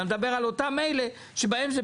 תכף נשמע את משרד האוצר.